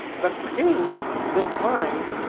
the games defined